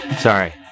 Sorry